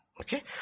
Okay